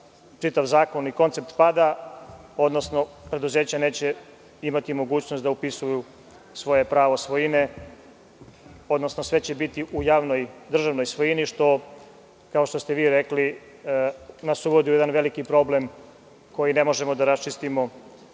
čitav zakon i koncept pada, odnosno preduzeća neće imati mogućnost da upisuju svoje pravo svojine, odnosno sve će biti u državnoj svojini, kao što ste vi rekli, što nas uvodi u veliki problem koji ne možemo da raščistimo